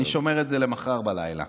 אני שומר את זה למחר בלילה.